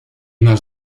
наш